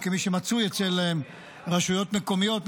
וכמי שמצוי אצל רשויות מקומיות,